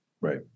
right